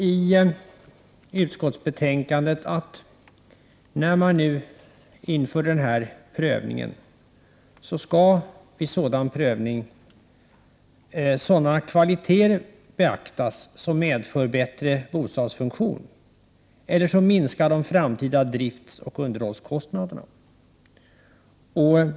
I utskottsbetänkandet står att när man nu inför den här prövningen skall sådana kvaliteter beaktas som medför bättre bostadsfunktion eller som minskar de framtida driftsoch underhållskostnaderna.